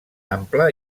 ample